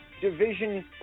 division